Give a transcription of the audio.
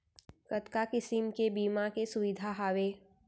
कतका किसिम के बीमा के सुविधा हावे?